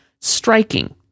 striking